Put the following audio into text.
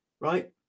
right